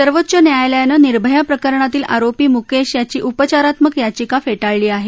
सर्वोच्च न्यायालयानं निर्भया प्रकरणातील आरोपी मुकेश याची उपचारात्मक याचिका फेटाळली आहे